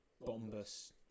bombus